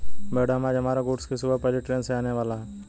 madam आज हमारा goods सुबह की पहली ट्रैन से आने वाला है